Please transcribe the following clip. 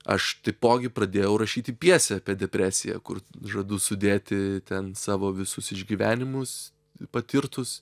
aš taipogi pradėjau rašyti pjesę apie depresiją kur žadu sudėti ten savo visus išgyvenimus patirtus